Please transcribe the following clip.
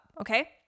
okay